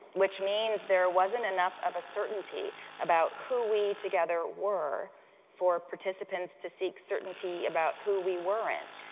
which means there wasn't enough of a certainty about who we together were for participants to seek certainty about who we weren't,